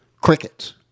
Crickets